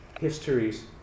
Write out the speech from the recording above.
histories